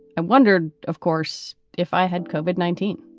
and wondered, of course, if i had covered nineteen.